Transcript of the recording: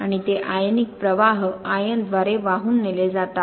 आणि ते आयनिक प्रवाह आयनद्वारे वाहून नेले जाते